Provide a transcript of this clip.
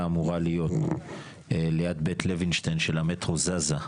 אמורה להיות ליד בית לוינשטיין של המטרו זזה.